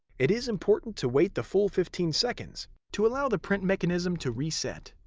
it is important to wait the full fifteen seconds to allow the print mechanism to reset.